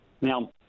Now